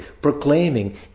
proclaiming